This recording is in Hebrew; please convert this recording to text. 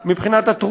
מבחינת נגישות תעסוקה,